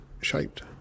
shaped